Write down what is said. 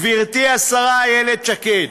גברתי השרה איילת שקד,